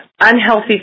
unhealthy